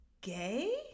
gay